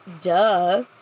duh